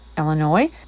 Illinois